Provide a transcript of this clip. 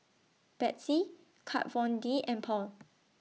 Betsy Kat Von D and Paul